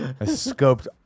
scoped